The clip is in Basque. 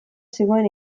zegoen